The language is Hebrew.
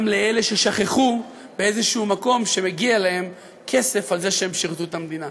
גם לאלה ששכחו באיזשהו מקום שמגיע להם כסף על זה שהם שירתו את המדינה,